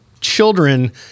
children